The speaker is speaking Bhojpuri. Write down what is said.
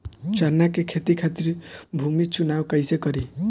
चना के खेती खातिर भूमी चुनाव कईसे करी?